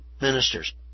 ministers